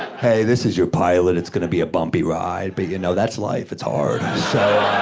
hey, this is your pilot. it's gonna be a bumpy ride, but you know, that's life. it's hard, so.